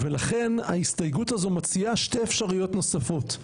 ולכן ההסתייגות הזו מציעה שתי אפשרויות נוספות,